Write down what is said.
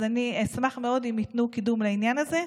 אז אני אשמח מאוד אם ייתנו קידום לעניין הזה.